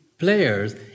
players